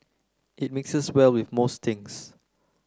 it mixes well with most things